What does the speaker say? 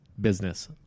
business